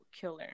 killer